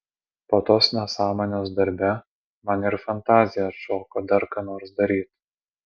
po tos nesąmonės darbe man ir fantazija atšoko dar ką nors daryt